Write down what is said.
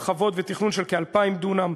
הרחבות ותכנון של כ-2,000 דונם,